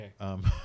okay